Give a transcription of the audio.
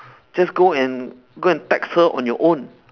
just go and go and text her on your own